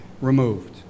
removed